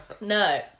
No